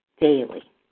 daily